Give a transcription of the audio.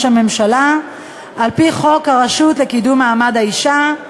הממשלה על-פי חוק הרשות לקידום מעמד האישה,